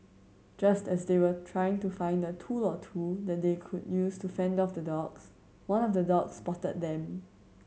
just as they were trying to find a tool or two that they could use to fend off the dogs one of the dogs spotted them